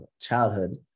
childhood